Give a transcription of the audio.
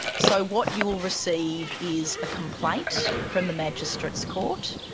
so what you will receive is a complaint from the magistrates court,